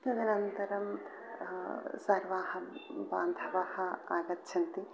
तदनन्तरं सर्वे बान्धवाः आगच्छन्ति